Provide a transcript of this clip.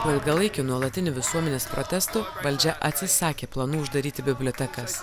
po ilgalaikių nuolatinių visuomenės protestų valdžia atsisakė planų uždaryti bibliotekas